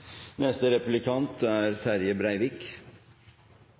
Neste replikant er